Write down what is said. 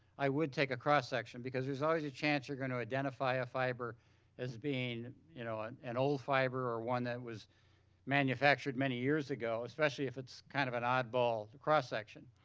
i would take a cross section because there's always a chance you're gonna identify a fiber as being, you know, an and old fiber or one that was manufactured many years ago especially if it's kind of an oddball cross section.